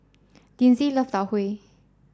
Linzy loves Tau Huay